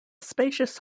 spacious